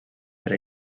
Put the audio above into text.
per